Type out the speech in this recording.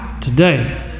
Today